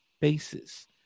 basis